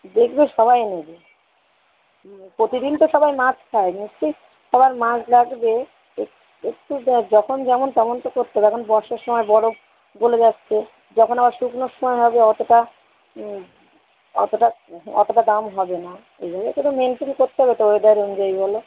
দেকবে সবাই নেবে প্রতিদিন তো সবাই মাছ খায় নিশ্চয়ই সবার মাছ লাগবে এক একটু য যখন যেমন তেমন তো করতে হবে এখন বর্ষার সময় বরফ গলে যাচ্ছে যখন আবার শুকনোর সময় হবে অতোটা অতোটা এতটা দাম হবে না ওইভাবে করে মেনটেইন করতে হবে তো ওয়েদার অনুযায়ী বলো